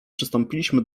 przystąpiliśmy